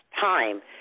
time